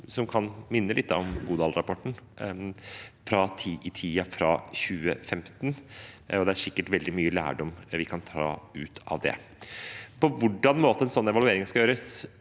som kan minne litt om Godal-rapporten, fra tiden fra 2015. Det er sikkert veldig mye lærdom vi kan trekke ut av det. På hvilken måte en slik evaluering skal gjøres,